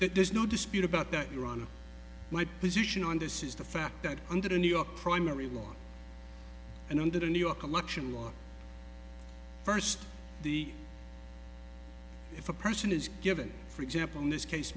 there's no dispute about that your honor my position on this is the fact that under the new york primary law and under the new york election law first the if a person is given for example in this case